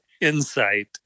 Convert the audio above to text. insight